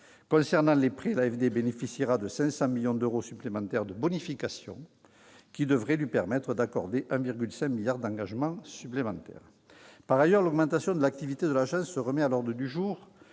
Concernant les prêts, l'AFD bénéficiera de 500 millions d'euros supplémentaires de bonification, qui devraient lui permettre d'accorder 1,5 milliard d'euros d'engagements supplémentaires. Par ailleurs, l'augmentation de l'activité de l'Agence remet à l'ordre du jour